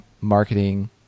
marketing